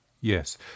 Yes